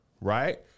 right